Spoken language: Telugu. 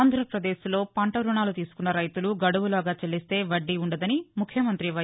ఆంధ్రాపదేశ్లో రాష్ట్రంలో పంట రుణాలు తీసుకున్న రైతులు గడువులోగా చెల్లిస్తే వడ్డీ ఉండదని ముఖ్యమంతి వై